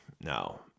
No